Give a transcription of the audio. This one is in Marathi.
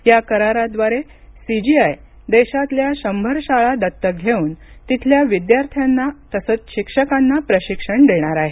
या कराराद्वारे सीजीआय देशातल्या शंभर शाळा दत्तक घेऊन तिथल्या विद्यार्थ्यांना तसंच शिक्षकांना प्रशिक्षण देणार आहे